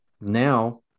now